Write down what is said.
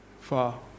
far